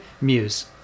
Muse